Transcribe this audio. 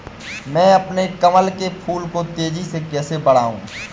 मैं अपने कमल के फूल को तेजी से कैसे बढाऊं?